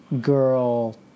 Girl